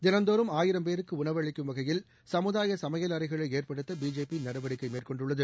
தினந்தோறும் ஆயிரம் பேருக்கு உணவளிக்கும் வகையில் சமுதாய சமையல் அறைகளை ஏற்படுத்த பிஜேபி நடவடிக்கை மேற்கொண்டுள்ளது